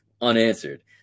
unanswered